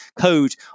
code